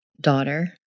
daughter